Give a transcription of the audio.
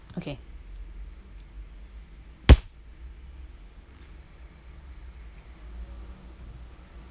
okay